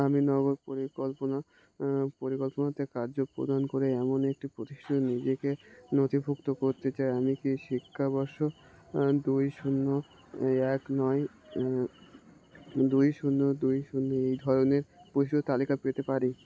আমামী নগর পরিকল্পনা পরিকল্পনাতে কার্য প্রদান করে এমন একটি প্রতিষ্ঠা নিজেকে নথিভুক্ত করতে চাই আমি কি শিক্ষাবর্ষ দুই শূন্য এক নয় দুই শূন্য দুই শূন্য এই ধরনের পরিশুর তালিকা পেতে পারি